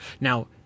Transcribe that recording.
Now